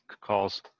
calls